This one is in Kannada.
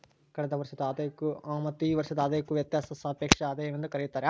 ಕಳೆದ ವರ್ಷದ ಆದಾಯಕ್ಕೂ ಮತ್ತು ಈ ವರ್ಷದ ಆದಾಯಕ್ಕೂ ವ್ಯತ್ಯಾಸಾನ ಸಾಪೇಕ್ಷ ಆದಾಯವೆಂದು ಕರೆಯುತ್ತಾರೆ